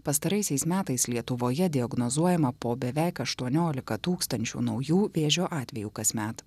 pastaraisiais metais lietuvoje diagnozuojama po beveik aštuoniolika tūkstančių naujų vėžio atvejų kasmet